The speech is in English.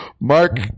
Mark